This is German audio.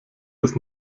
des